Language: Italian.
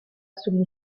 sugli